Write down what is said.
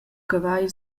cavagl